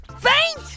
faint